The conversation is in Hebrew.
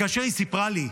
כאשר היא סיפרה לי,